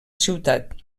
ciutat